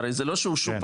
הרי זה לא שהוא שוּפַּר,